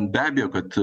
be abejo kad